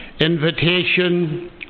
invitation